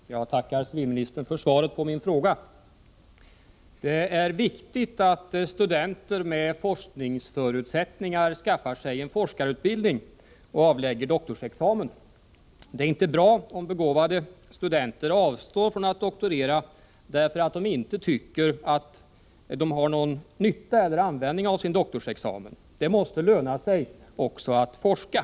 Herr talman! Jag tackar civilministern för svaret på min fråga. Det är viktigt att studenter med forskningsförutsättningar skaffar sig en forskarutbildning och avlägger doktorsexamen. Det är inte bra om begåvade studenter avstår från att doktorera därför att de inte tycker att de har någon nytta eller användning av sin doktorsexamen. Det måste löna sig också att forska.